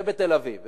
ובתל-אביב.